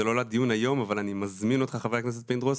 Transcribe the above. זה לא לדיון היום אבל אני מזמין אותך חבר הכנסת פינדרוס,